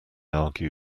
argue